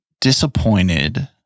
disappointed